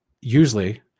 usually